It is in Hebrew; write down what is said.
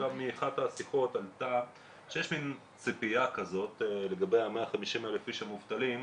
מאחת השיחות עלה שיש מן ציפייה כזאת לגבי ה-150,000 איש שמובטלים,